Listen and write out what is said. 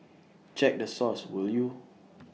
check the source will you